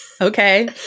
Okay